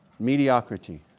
Mediocrity